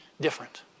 different